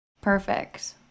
Perfect